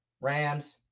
Rams